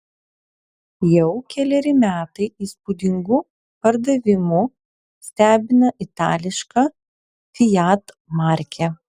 jau keleri metai įspūdingu pardavimu stebina itališka fiat markė